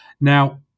Now